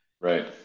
Right